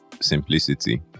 Simplicity